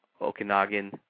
Okanagan